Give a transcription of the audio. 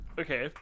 Okay